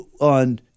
On